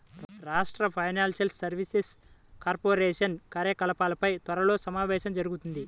రాష్ట్ర financial services corporation కార్యకలాపాలపై త్వరలో సమావేశం జరుగుతుంది